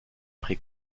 pris